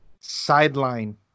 sideline